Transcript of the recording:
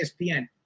ESPN